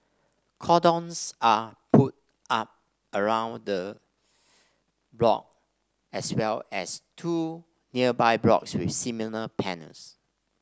cordons are put up around the block as well as two nearby blocks with similar panels